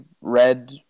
red